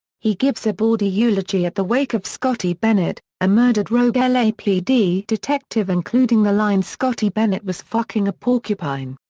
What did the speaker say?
he gives a bawdy eulogy at the wake of scotty bennett, a murdered rogue lapd detective including the line scotty bennett was fucking a porcupine.